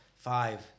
five